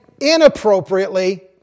inappropriately